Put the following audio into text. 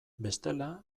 bestela